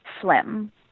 slim